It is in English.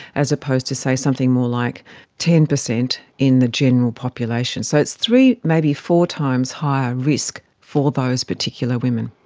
as opposed to say something more like ten percent in the general population. so it's three, maybe four times higher risk for those particular women.